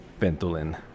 Ventolin